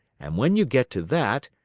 and when you get to that,